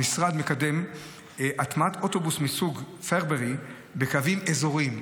המשרד מקדם הטמעת אוטובוס מסוג פרברי בקווים אזוריים,